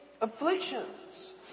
afflictions